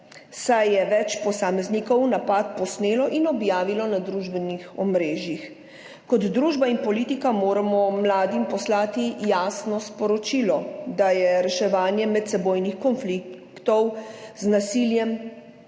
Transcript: saj je več posameznikov napad posnelo in objavilo na družbenih omrežjih. Kot družba in politika moramo mladim poslati jasno sporočilo, da je reševanje medsebojnih konfliktov z nasiljem